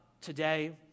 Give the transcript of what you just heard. today